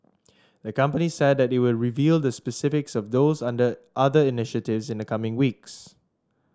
the company said that it would reveal the specifics of those under other initiatives in the coming weeks